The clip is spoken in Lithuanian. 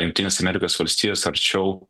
jungtinės amerikos valstijos arčiau